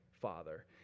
Father